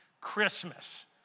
Christmas